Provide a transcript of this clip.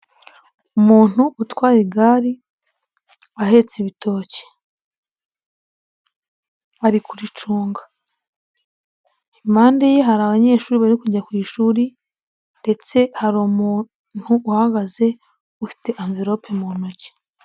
Umuntu utwaye igare ahetse ibitoki, ari kubicunga. impande ye hari abanyeshuri bari kujya ku ishuri, ndetse hahagaze umuntu uhagaze ufite amvelope mu ntoki.